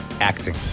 acting